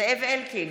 זאב אלקין,